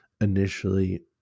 initially